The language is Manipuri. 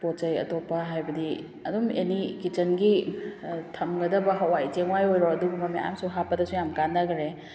ꯄꯣꯠꯆꯩ ꯑꯇꯣꯞꯄ ꯍꯥꯏꯕꯗꯤ ꯑꯗꯨꯝ ꯑꯦꯅꯤ ꯀꯤꯠꯆꯟꯒꯤ ꯊꯝꯒꯗꯕ ꯍꯋꯥꯏ ꯆꯦꯡꯋꯥꯏ ꯑꯣꯏꯔꯣ ꯑꯗꯨꯒꯨꯝꯕ ꯃꯌꯥꯝꯁꯨ ꯍꯥꯞꯄꯗꯁꯨ ꯌꯥꯝ ꯀꯥꯟꯅꯈꯔꯦ